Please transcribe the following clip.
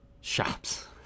shops